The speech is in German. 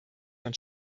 von